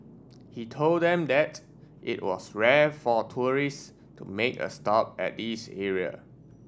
he told them that it was rare for tourists to make a stop at this area